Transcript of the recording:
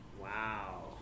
Wow